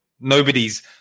Nobody's